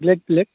black black